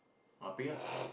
ah pay ah